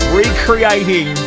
recreating